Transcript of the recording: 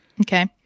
okay